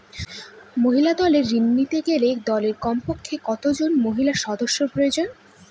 মহিলা দলের ঋণ নিতে গেলে দলে কমপক্ষে কত জন মহিলা সদস্য প্রয়োজন?